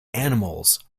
animals